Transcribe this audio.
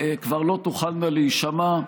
כבר לא תוכלנה להישמע.